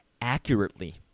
accurately